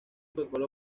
protocolo